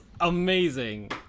amazing